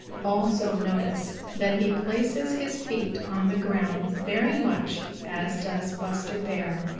also notice that he places his feet on the ground very much as does buster bear.